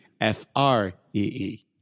F-R-E-E